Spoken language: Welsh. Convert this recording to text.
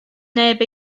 neb